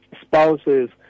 spouses